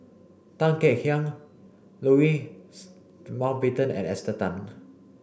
Tan Kek Hiang Louis Mountbatten and Esther Tan